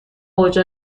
اوج